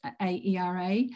AERA